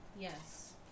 yes